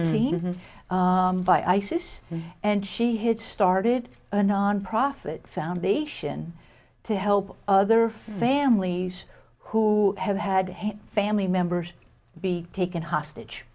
fourteen isis and she had started a nonprofit foundation to help other families who have had family members be taken hostage